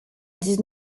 dix